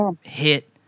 hit